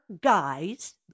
guys